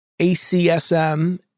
ACSM